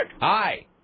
Hi